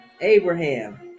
Abraham